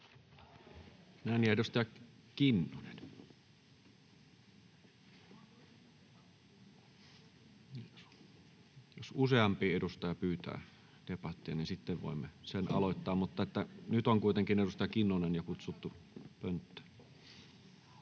vastauspuheenvuoroa] — Jos useampi edustaja pyytää debattia, niin sitten voimme sen aloittaa, mutta nyt on kuitenkin edustaja Kinnunen jo kutsuttu pönttöön.